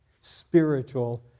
spiritual